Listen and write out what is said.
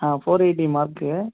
ah four eighty mark